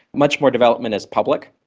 much more development is public.